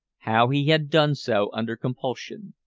how he had done so under compulsion.